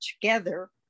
together